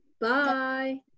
Bye